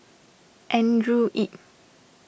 Andrew Yip